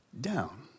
down